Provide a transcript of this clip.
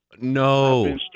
No